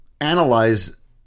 analyze